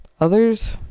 others